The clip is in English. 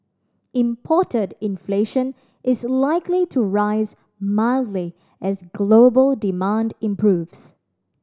imported inflation is likely to rise mildly as global demand improves